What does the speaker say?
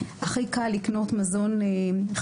הכי קל לקנות חטיפים,